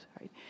right